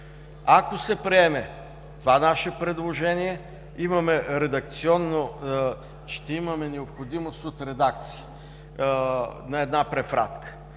Ако се приеме това наше предложение, ще имаме необходимост от редакция на една препратка.